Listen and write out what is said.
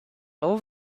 all